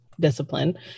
discipline